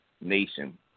nation